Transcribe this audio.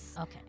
Okay